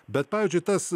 bet pavyzdžiui tas